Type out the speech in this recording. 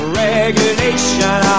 regulation